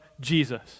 Jesus